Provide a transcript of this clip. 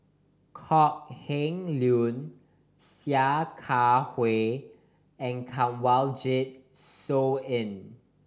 Kok Heng Leun Sia Kah Hui and Kanwaljit Soin